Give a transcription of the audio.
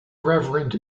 reverend